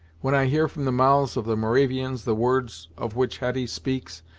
when i hear from the mouths of the moravians the words of which hetty speaks,